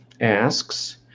asks